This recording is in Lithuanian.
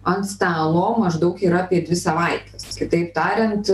ant stalo maždaug yra apie dvi savaites kitaip tariant